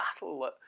battle